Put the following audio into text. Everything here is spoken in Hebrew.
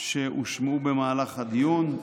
שהושמעו במהלך הדיון,